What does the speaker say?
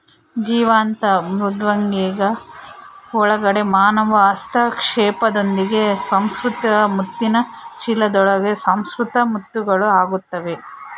ಜೀವಂತ ಮೃದ್ವಂಗಿಗಳ ಒಳಗಡೆ ಮಾನವ ಹಸ್ತಕ್ಷೇಪದೊಂದಿಗೆ ಸುಸಂಸ್ಕೃತ ಮುತ್ತಿನ ಚೀಲದೊಳಗೆ ಸುಸಂಸ್ಕೃತ ಮುತ್ತುಗಳು ಆಗುತ್ತವೆ